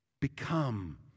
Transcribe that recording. become